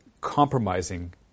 compromising